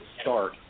start